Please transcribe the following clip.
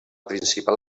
principal